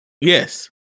Yes